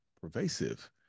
pervasive